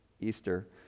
Easter